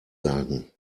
sagen